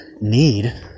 need